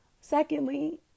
Secondly